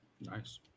Nice